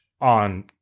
on